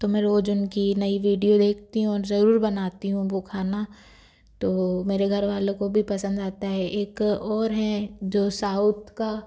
तो मैं रोज़ उनकी नई वीडियो देखती हूँ और ज़रूर बनाती हूँ वह खाना तो मेरे घर वालों को भी पसंद आता है एक और हैं जो साउथ का